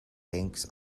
tanks